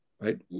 Right